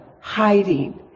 hiding